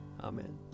Amen